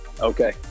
Okay